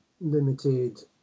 limited